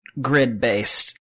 grid-based